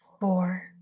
four